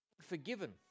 forgiven